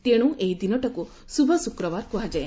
ତେଶୁ ଏହି ଦିନଟିକୁ ଶୁଭ ଶୁକ୍ରବାର କୁହାଯାଏ